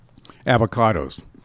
avocados